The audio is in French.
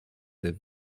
ces